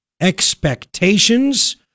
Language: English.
expectations